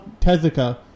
Tezuka